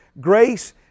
Grace